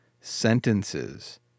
sentences